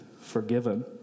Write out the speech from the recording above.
forgiven